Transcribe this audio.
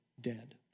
dead